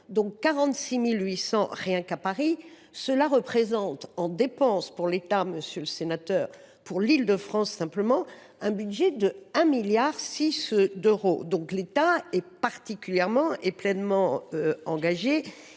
dont 46 800 rien qu’à Paris. Cela représente en dépenses pour l’État, monsieur le sénateur, pour la seule Île de France, un budget de 1,6 milliard d’euros. L’État est donc particulièrement et pleinement engagé